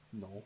No